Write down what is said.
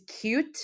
cute